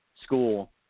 school